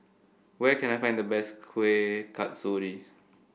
where can I find the best Kuih Kasturi